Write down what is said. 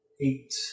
Eight